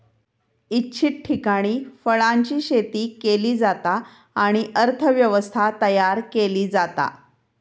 इच्छित ठिकाणी फळांची शेती केली जाता आणि अर्थ व्यवस्था तयार केली जाता